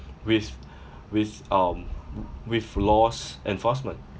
with with um with laws enforcement